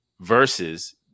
Versus